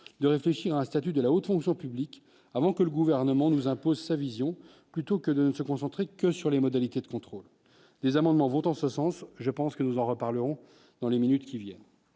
de réfléchir à un statut de la haute fonction publique avant que le gouvernement nous impose sa vision, plutôt que de ne se concentrer que sur les modalités de contrôle des amendements vont en ce sens, je pense que nous en reparlerons dans les minutes qui viennent,